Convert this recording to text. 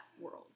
world